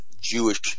Jewish